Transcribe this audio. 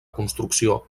construcció